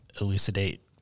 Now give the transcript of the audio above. elucidate